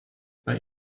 bei